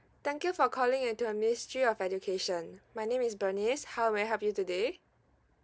thank you for calling into the ministry of education my name is bernice how may I help you today